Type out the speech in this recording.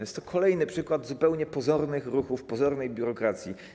Jest to kolejny przykład zupełnie pozornych ruchów, pozornej biurokracji.